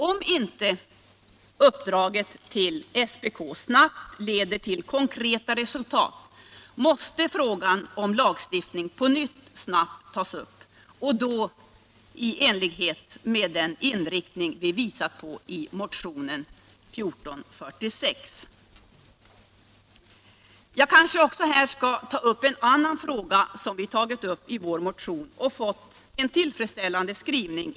Om inte SPK:s uppdrag snabbt leder till konkreta resultat måste frågan om en lagstiftning snabbt tas upp på nytt och då i enlighet med den inriktning vi visat på i motionen 1976/77:1446. Jag vill gärna i detta sammanhang ta upp ytterligare en fråga som vi berört i vår motion och som utskottet har behandlat med en enligt vår mening tillfredsställande skrivning.